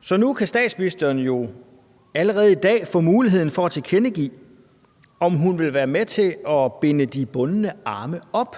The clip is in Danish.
Så nu kan statsministeren jo allerede i dag få muligheden for at tilkendegive, om hun vil være med til at binde de bundne arme op